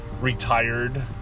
retired